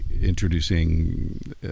introducing